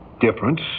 difference